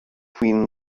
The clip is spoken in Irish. faoin